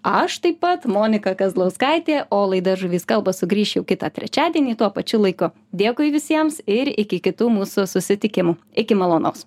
aš taip pat monika kazlauskaitė o laida žuvys kalba sugrįš jau kitą trečiadienį tuo pačiu laiku dėkui visiems ir iki kitų mūsų susitikimų iki malonaus